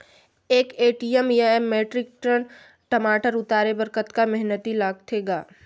एक एम.टी या metric tonne टमाटर उतारे बर कतका मेहनती लगथे ग?